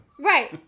Right